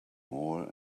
more